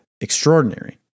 extraordinary